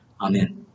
Amen